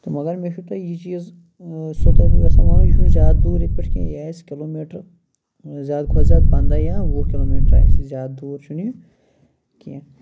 مَگَر مےٚ چھُ تۄہہِ یہِ چیٖز چھُ سَو تۄہہِ بہٕ یژھان وَنُن یہِ چھُ نہٕ زیادٕ دوٗر ییٚتہِ پیٚتھٕ کینٛہہ یہِ آسہِ کِلوٗ میٖٹَر زیادٕ کھۄتہٕ زیادٕ پَنٛداہ یا وُہ کِلوٗ میٖٹَر آسہِ زیادٕ دوٗر چھُ نہٕ یہِ کینٛہہ